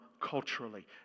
culturally